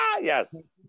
Yes